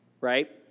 right